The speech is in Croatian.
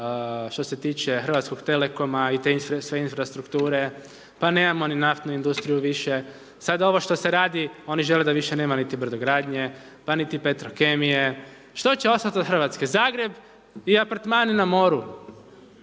što se tiče Hrvatskog telekoma i te sve infrastrukture, pa nemamo ni naftnu industriju više, sad ovo što se radi, ono žele da više nema ni brodogradnje, pa niti Petrokemije, što će ostati od Hrvatske? Zagreb i apartmani na moru.